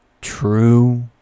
True